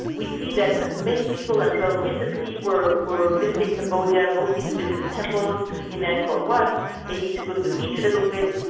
we see that many people until recently were were visiting cambodia, mostly to visit the temples in angkor wat, maybe to go to the beach a little bit,